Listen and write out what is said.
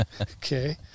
okay